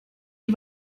die